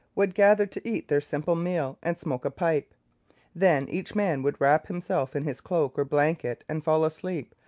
would gather to eat their simple meal and smoke a pipe then each man would wrap himself in his cloak or blanket and fall asleep,